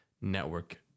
network